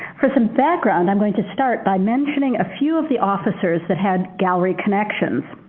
for some background i'm going to start by mentioning a few of the officers that had gallery connections.